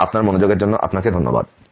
এবং আপনার মনোযোগের জন্য আপনাকে ধন্যবাদ